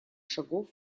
шагов